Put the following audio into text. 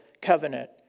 covenant